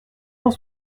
cent